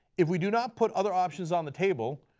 if we do not put other options on the table,